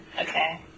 Okay